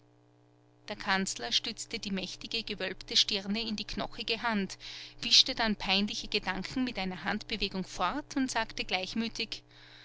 der kanzler stützte die mächtige gewölbte stirne in die knochige hand wischte dann peinliche gedanken mit einer handbewegung fort und sagte gleichmütig